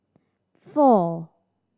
four